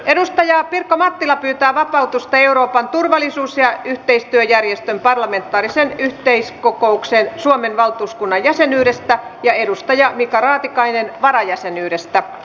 edustaja pirkko mattila pyytää vapautusta euroopan turvallisuus ja yhteistyöjärjestön parlamentaarisen yleiskokouksen suomen valtuuskunnan jäsenyydestä ja edustaja mika raatikainen varajäsenyydestä